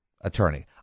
attorney